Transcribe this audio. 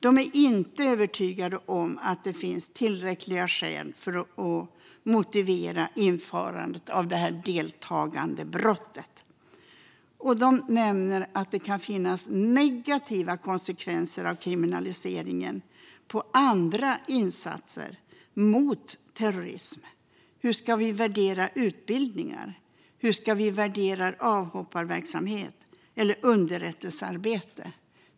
De är inte övertygade om att det finns tillräckliga skäl för att motivera införandet av ett deltagandebrott och nämner att det kan finnas negativa konsekvenser av kriminaliseringen på andra insatser mot terrorism. Hur ska vi värdera utbildningar, avhopparverksamhet eller underrättelsearbete?